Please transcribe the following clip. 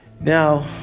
Now